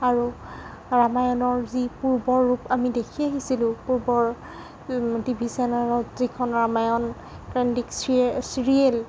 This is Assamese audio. আৰু ৰামায়ণৰ যি পূৰ্বৰ ৰূপ আমি দেখি আহিছিলোঁ পূৰ্বৰ টিভি চেনেলত যিখন ৰামায়ণ কেন্দ্ৰিক ছিৰি ছিৰিয়েল